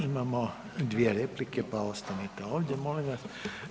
Imamo dvije replike pa ostanite ovdje molim vas.